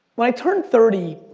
when i turned thirty,